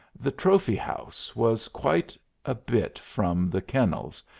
the trophy-house was quite a bit from the kennels,